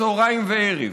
צוהריים וערב.